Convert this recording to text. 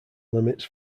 limits